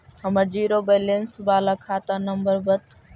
हमर zero balance बाला खाता नम्बर बत?